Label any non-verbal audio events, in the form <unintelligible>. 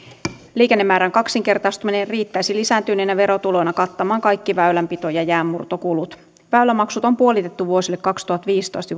liikennemäärän kaksinkertaistuminen riittäisi lisääntyneenä verotulona kattamaan kaikki väylänpito ja jäänmurtokulut väylämaksut on puolitettu vuosille kaksituhattaviisitoista <unintelligible>